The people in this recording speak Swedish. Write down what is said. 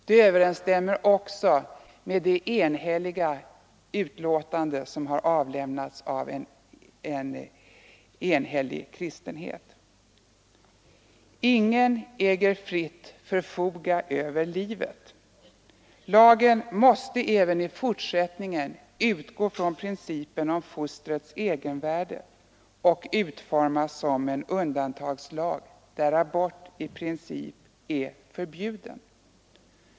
De överensstämmer dessutom med det enhälliga utlåtande som avgivits av en enig kristenhet. Ingen äger fritt förfoga över livet. Lagen måste även i fortsättningen utgå från principen om fostrets egenvärde och utformas som en undantagslag, där abort i princip är förbjuden.